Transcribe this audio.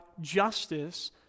justice